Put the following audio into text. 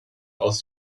aus